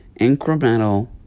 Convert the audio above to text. incremental